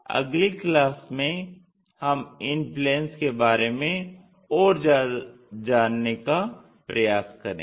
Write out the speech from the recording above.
अगली क्लास में हम इन प्लेन्स के बारे में और ज्यादा जानने का प्रयास करेंगे